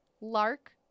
Lark